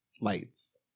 Lights